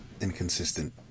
inconsistent